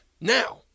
Now